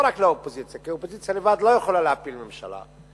לא רק לאופוזיציה כי אופוזיציה לבד לא יכולה להפיל ממשלה,